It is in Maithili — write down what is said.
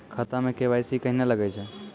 खाता मे के.वाई.सी कहिने लगय छै?